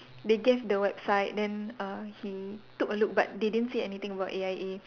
they guess the website then uh he took a look but they didn't say anything about A_I_A